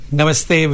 Namaste